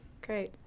Great